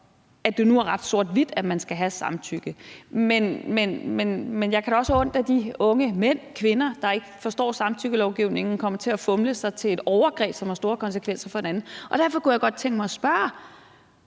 at det nu er ret sort-hvidt, at man skal samtykke, men jeg kan da også have ondt af de unge mænd og kvinder, der ikke forstår samtykkelovgivningen og kommer til at fumle sig til et overgreb, som har store konsekvenser for en anden. Derfor kunne jeg godt tænke mig at spørge: